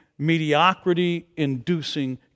Mediocrity-inducing